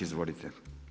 Izvolite.